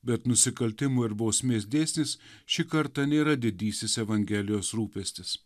bet nusikaltimų ir bausmės dėsnis šį kartą nėra didysis evangelijos rūpestis